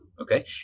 Okay